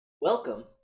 Welcome